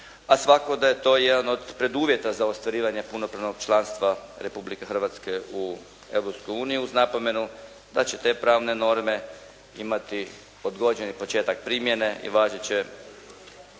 A svakako da je to i jedan od preduvjeta za ostvarivanje punopravnog članstva Republike Hrvatske u Europsku uniju uz napomenu da će te pravne norme imati odgođeni početak primjene i važit